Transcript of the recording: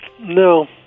no